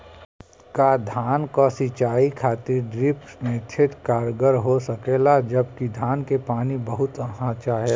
का धान क सिंचाई खातिर ड्रिप मेथड कारगर हो सकेला जबकि धान के पानी बहुत चाहेला?